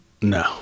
No